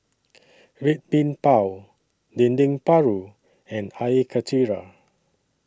Red Bean Bao Dendeng Paru and Air Karthira